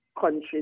countries